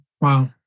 Wow